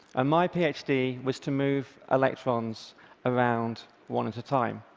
ah my ph d. was to move electrons around, one at a time.